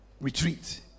retreat